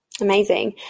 amazing